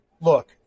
look